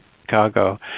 Chicago